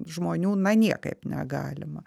žmonių na niekaip negalima